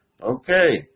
Okay